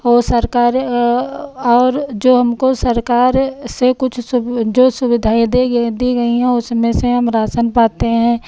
वो सरकार और जो हमको सरकार से कुछ जो सुविधाएँ दे गईं दी गई हैं उसमें से हम राशन पाते हैं